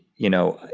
you know,